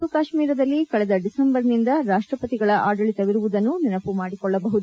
ಜಮ್ನು ಮತ್ತು ಕಾಶ್ಮೀರದಲ್ಲಿ ಕಳೆದ ಡಿಸೆಂಬರ್ನಿಂದ ರಾಷ್ಟಪತಿಗಳ ಆಡಳಿತವಿರುವುದನ್ನು ನೆನಮ ಮಾಡಿಕೊಳ್ಳಬಹುದು